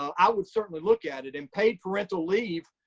um i would certainly look at it. and paid parental leave,